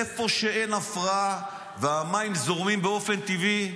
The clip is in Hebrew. איפה שאין הפרעה והמים זורמים באופן טבעי,